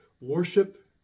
worship